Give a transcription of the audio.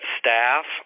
staff